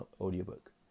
audiobook